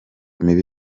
mibi